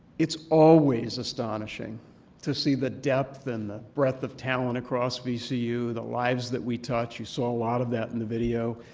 it's always astonishing to see the depth and the breadth of talent across vcu, the lives that we touch. you saw a lot of that in the video.